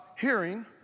hearing